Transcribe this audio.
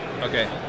Okay